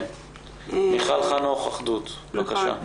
מיכל חנוך אחדות, בבקשה.